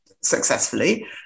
successfully